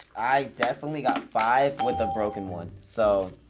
i definitely got five with a broken one. so,